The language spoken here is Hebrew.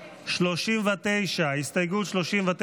39. 39. הסתייגות 39,